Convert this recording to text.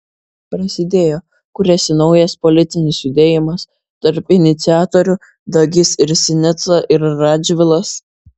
prasidėjo kuriasi naujas politinis judėjimas tarp iniciatorių dagys ir sinica ir radžvilas